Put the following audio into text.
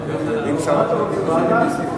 או ועדת הפנים או שהוא מסיר.